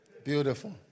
beautiful